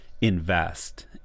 invest